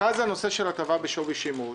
נושא ההטבה בשווי שימוש.